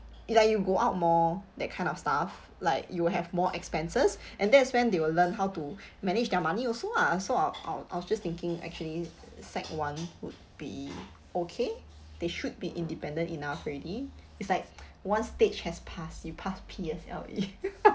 like you go out more that kind of stuff like you'll have more expenses and that's when they will learn how to manage their money also lah so I I I was just thinking actually sec one would be okay they should be independent enough already it's like one stage has passed you pass P_S_L_E